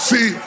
See